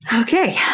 Okay